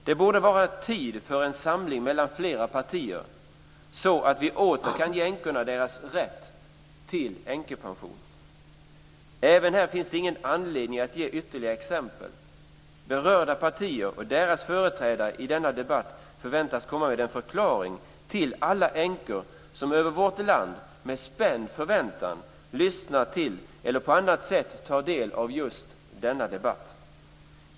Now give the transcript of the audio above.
Det borde vara tid för en samling mellan flera partier, så att vi åter kan ge änkorna deras rätt till änkepensionen. Inte heller här finns det anledning att ge ytterligare exempel. Berörda partier och deras företrädare i denna debatt förväntas komma med en förklaring till alla änkor som i vårt land med spänd förväntan lyssnar till eller på annat sätt tar del av just denna debatt.